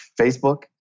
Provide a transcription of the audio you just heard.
Facebook